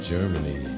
Germany